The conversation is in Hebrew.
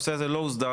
הנושא הזה לא הוסדר,